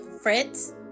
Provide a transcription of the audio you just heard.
Fritz